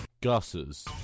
Gus's